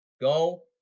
Go